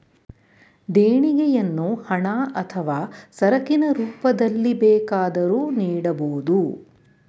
ದೇಣಿಗೆಯನ್ನು ಹಣ ಅಥವಾ ಸರಕಿನ ರೂಪದಲ್ಲಿ ಬೇಕಾದರೂ ನೀಡಬೋದು